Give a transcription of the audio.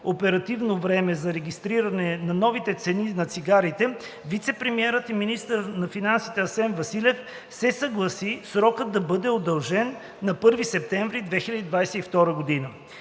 оперативно време за регистриране на новите цени на цигарите, вицепремиерът и министър на финансите Асен Василев се съгласи срокът да бъде удължен на 1 септември 2022 г.